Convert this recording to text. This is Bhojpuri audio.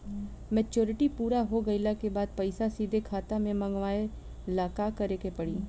मेचूरिटि पूरा हो गइला के बाद पईसा सीधे खाता में मँगवाए ला का करे के पड़ी?